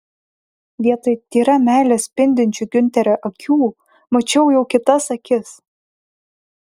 vietoj tyra meile spindinčių giunterio akių mačiau jau kitas akis